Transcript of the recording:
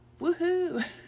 Woohoo